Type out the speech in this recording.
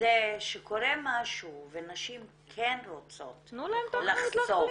בזה שקורה משהו ונשים כן רוצות לחשוף.